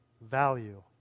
value